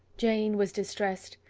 jane was distressed.